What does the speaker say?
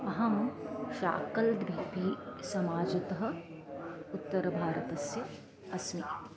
अहं शाकल् द्विपी समाजतः उत्तरभारतस्य अस्मि